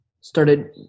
started